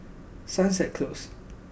Sunset Close